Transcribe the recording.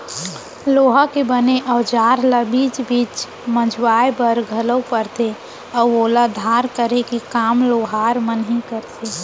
लोहा के बने अउजार ल बीच बीच पजवाय बर घलोक परथे अउ ओला धार करे के काम लोहार मन ही करथे